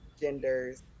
genders